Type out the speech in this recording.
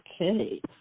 Okay